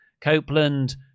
Copeland